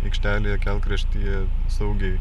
aikštelėje kelkraštyje saugiai